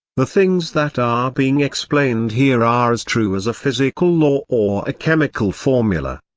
the things that are being explained here are as true as a physical law or a chemical formula.